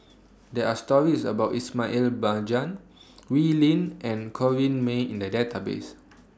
There Are stories about Ismail Wee Lin and Corrinne May in The Database